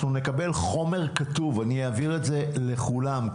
אנחנו נקבל חומר כתוב ואני אעביר את זה לכולם,